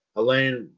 Elaine